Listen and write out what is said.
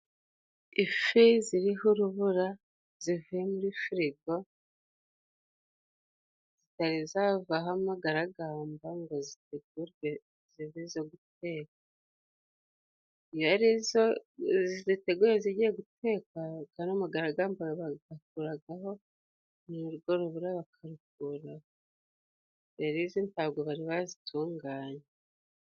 Ifi iriho urubura ivuye muri firigo, zitari zavaho amagaragamba ngo zitegurwe zibe izo guteka, iyo arizo ziteguye zigiye gutekwa ariya magaragamba bayakuraho, n' urwo rubura bakarukura rero izi ntabwo bari bazitunganya.